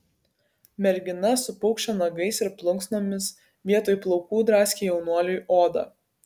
mergina su paukščio nagais ir plunksnomis vietoj plaukų draskė jaunuoliui odą